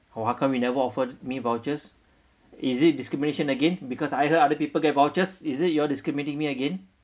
for how come you never offered me vouchers is it discrimination again because other other people get vouchers is it you all discriminating me again